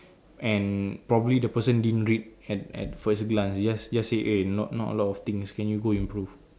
and probably the person didn't read at at first glance just just say eh not not a lot of things can you go improve